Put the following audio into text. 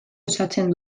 osatzen